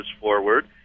forward